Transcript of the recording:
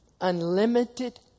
unlimited